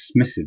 dismissive